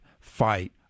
fight